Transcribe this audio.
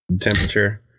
temperature